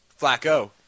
Flacco